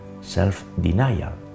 self-denial